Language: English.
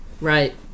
Right